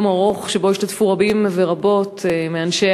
יום ארוך שהשתתפו בו רבים ורבות מאנשי